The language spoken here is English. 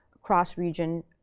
cross-region,